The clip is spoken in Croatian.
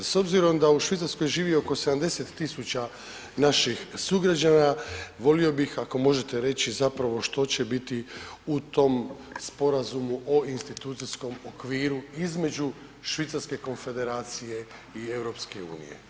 S obzirom da u Švicarskoj živi oko 70.000 naših sugrađana volio bih ako možete reći zapravo što će biti u tom sporazumu o institucijskom okviru između Švicarske Konfederacije i EU.